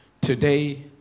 today